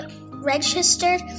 registered